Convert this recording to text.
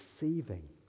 receiving